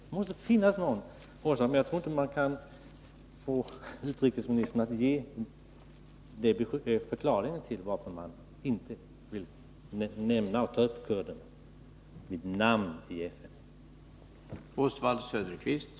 Det måste finnas en orsak, men jag tror inte att man kan få utrikesministern att ge förklaringen till att regeringen inte vill nämna kurderna vid namn i FN och där ta upp frågan om dem.